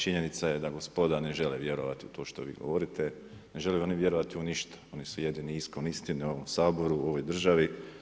Činjenica je da gospoda ne žele vjerovati u to što vi govorite, ne žele oni vjerovati u ništa, oni su jedini iskon istine u ovom Saboru, u ovoj državi.